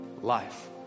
life